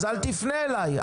אז אל תפנה אליי.